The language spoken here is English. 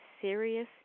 serious